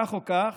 כך או כך,